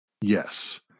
yes